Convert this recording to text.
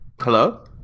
Hello